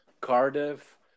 Cardiff